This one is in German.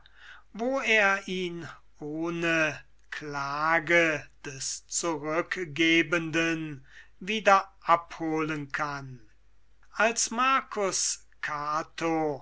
wo er ihn ohne klage des zurückgebenden wieder abholen kann als marcus cato